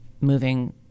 moving